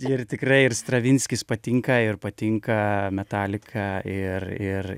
ir tikrai ir stravinskis patinka ir patinka metalika ir ir